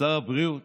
ששר הבריאות